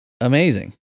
amazing